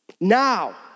Now